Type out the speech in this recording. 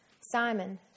Simon